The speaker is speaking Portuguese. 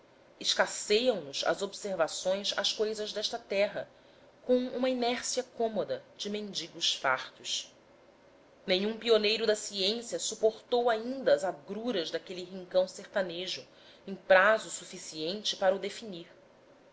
volvemos às cousas desta terra com uma inércia cômoda de mendigos fartos nenhum pioneiro da ciência suportou ainda as agruras daquele rincão sertanejo em prazo suficiente para o definir